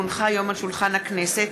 כי הונחה היום על שולחן הכנסת,